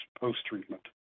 post-treatment